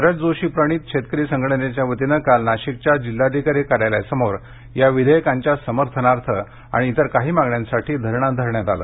शरद जोशी प्रणीत शेतकरी संघटनेच्या वतीने काल नाशिकच्या जिल्हाधिकारी कार्यालयासमोर या विधेयकांच्या समर्थनार्थ आणि इतर काही मागण्यांसाठी धरणं धरण्यात आलं